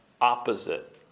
opposite